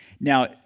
Now